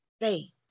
faith